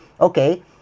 okay